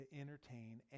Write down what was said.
entertain